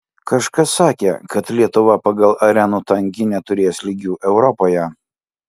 kažkas sakė kad lietuva pagal arenų tankį neturės lygių europoje